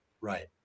Right